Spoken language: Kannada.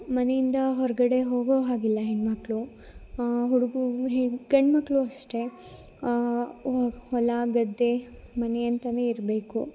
ಮನೆಯಿಂದ ಹೊರಗಡೆ ಹೋಗೋ ಹಾಗಿಲ್ಲ ಹೆಣ್ಮಕ್ಕಳು ಹುಡ್ಗ ಹೆಣ್ ಗಂಡ್ಮಕ್ಕಳು ಅಷ್ಟೇ ವ ಹೊಲ ಗದ್ದೆ ಮನೆ ಅಂತ ಇರಬೇಕು